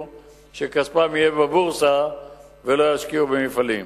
שכספם יהיה בבורסה ולא ישקיעו במפעלים.